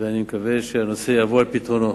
ואני מקווה שהנושא יבוא על פתרונו.